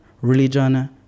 religion